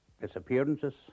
disappearances